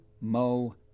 Mo